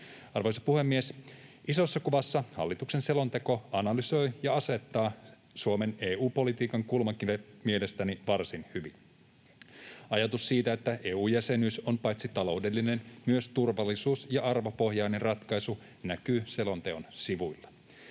Arvoisa puhemies! Isossa kuvassa hallituksen selonteko analysoi ja asettaa Suomen EU-politiikan kulmakivet mielestäni varsin hyvin. Ajatus siitä, että EU-jäsenyys on paitsi taloudellinen myös turvallisuus- ja arvopohjainen ratkaisu, näkyy selonteon sivuilla.